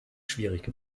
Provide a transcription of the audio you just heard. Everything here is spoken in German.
schwierig